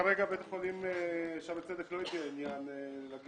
כרגע בית החולים שערי צדק לא הביע עניין לגשת